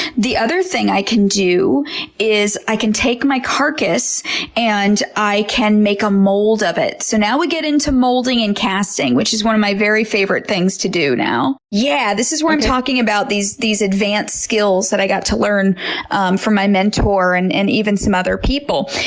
the other thing i can do is i can take my carcass and i can make a mold of it. so now we get into molding and casting, which is one of my very favorite things to do now. yeah this is where i'm talking about these these advanced skills that i got to learn from my mentor and and some other people.